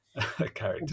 character